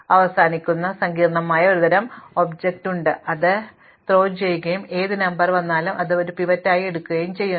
അതിനാൽ ഞങ്ങൾക്ക് സങ്കീർണ്ണമായ ഒരു തരം ഒബ്ജക്റ്റ് ഉണ്ട് ഞങ്ങൾ അത് എറിയുകയും ഏത് നമ്പർ വന്നാലും ഞങ്ങൾ അത് ഒരു പിവറ്റ് ആയി എടുക്കുകയും ചെയ്യുന്നു